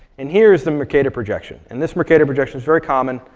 and here is the mercator projection. and this mercator projection is very common.